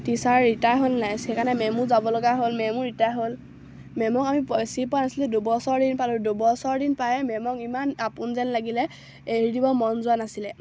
teacher retire হ'ল নাই সেইকাৰণে মেমো যাব লগা হ'ল মেমো ৰিটায়াৰ হ'ল মেমক আমি বেছি পোৱা নাছিলোঁ দুবছৰ দিন পালোঁ দুবছৰ দিন পায়ে মেমক ইমান আপোন যেন লাগিলে এৰি দিব মন যোৱা নাছিলে